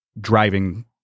driving